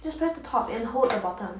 just press the top and hold the bottom